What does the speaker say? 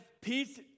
peace